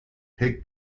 pig